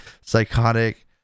psychotic